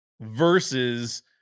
versus